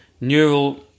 neural